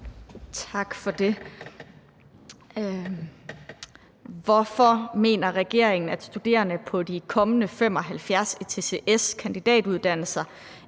Tak for det. Hvorfor mener regeringen, at studerende på de kommende 75 ECTS-kandidatuddannelser